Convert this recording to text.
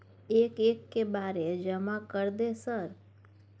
एक एक के बारे जमा कर दे सर?